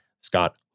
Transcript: Scott